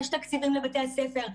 יש תקציבים לבתי הספר,